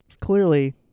clearly